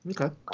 Okay